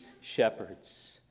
shepherds